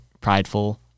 prideful